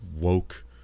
woke